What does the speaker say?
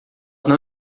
não